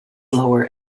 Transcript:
lower